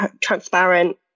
transparent